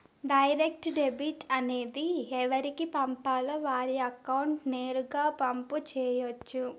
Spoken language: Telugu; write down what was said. డైరెక్ట్ డెబిట్ అనేది ఎవరికి పంపాలో వారి అకౌంట్ నేరుగా పంపు చేయొచ్చు